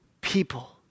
people